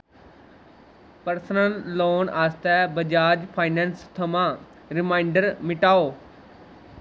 personal loan आस्तै Bajaj finance थमां reminder मिटाओ